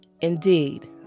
Indeed